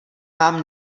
mám